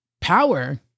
power